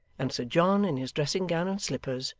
and sir john, in his dressing-gown and slippers,